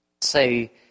say